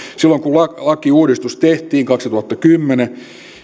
silloin kun lakiuudistus tehtiin kaksituhattakymmenen